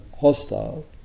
hostile